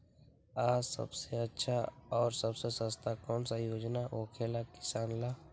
आ सबसे अच्छा और सबसे सस्ता कौन योजना होखेला किसान ला?